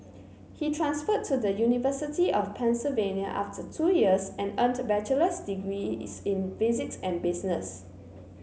he transferred to the University of Pennsylvania after two years and earned bachelor's degrees in physics and business